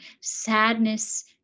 sadness